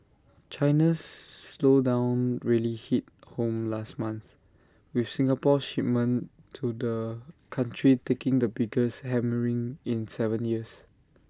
China's slowdown really hit home last month with Singapore's shipments to the country taking the biggest hammering in Seven years